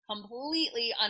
completely